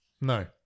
No